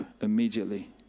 immediately